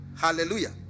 Hallelujah